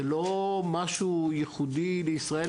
זה לא משהו ייחודי לישראל,